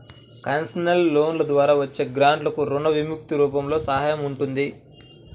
concessional లోన్ల ద్వారా వచ్చే గ్రాంట్లకు రుణ విముక్తి రూపంలో సహాయం ఉంటుంది